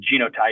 genotype